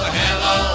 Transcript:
hello